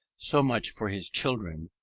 so much for his children,